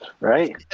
Right